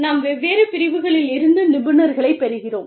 நாம் வெவ்வேறு பிரிவுகளில் இருந்து நிபுணர்களைப் பெறுகிறோம்